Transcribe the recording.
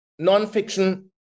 nonfiction